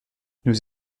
nous